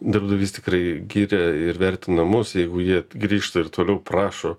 darbdavys tikrai giria ir vertina mus jeigu jie grįžta ir toliau prašo